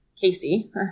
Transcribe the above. Casey